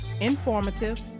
informative